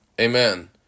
Amen